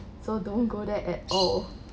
so don't go there at all